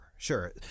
Sure